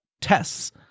tests